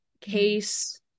case